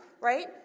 right